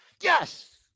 Yes